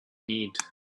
need